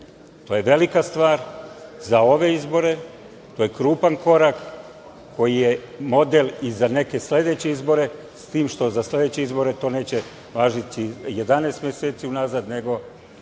to je velika stvar za ove izbore, to je krupan korak koji je model i za neke sledeće izbore, s tim što za sledeće izbore to neće važiti 11 meseci unazad, nego,